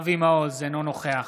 אבי מעוז, אינו נוכח